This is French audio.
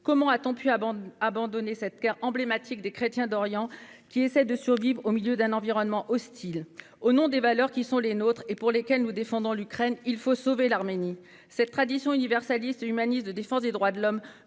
Comment a-t-on pu abandonner cette terre emblématique des chrétiens d'Orient, qui essaient d'y survivre au milieu d'un environnement hostile ? Au nom des valeurs qui sont les nôtres et pour lesquelles nous défendons l'Ukraine, il faut sauver l'Arménie. Notre tradition universaliste et humaniste de défense des droits de l'homme,